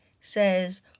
says